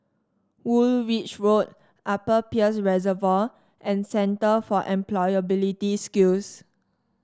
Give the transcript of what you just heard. Woolwich Road Upper Peirce Reservoir and Centre for Employability Skills